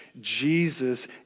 Jesus